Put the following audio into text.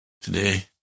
today